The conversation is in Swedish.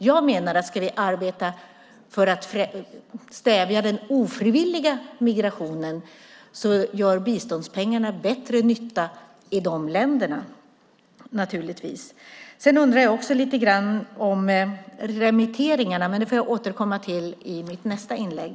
Jag menar att om vi ska arbeta för att stävja den ofrivilliga migrationen så gör biståndspengarna bättre nytta i de länderna. Jag undrar också om remitteringarna, men det får jag återkomma till i mitt nästa inlägg.